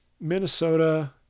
Minnesota